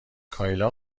کایلا